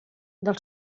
del